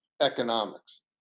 economics